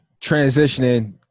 transitioning